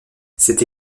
cette